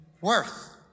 worth